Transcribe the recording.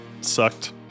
sucked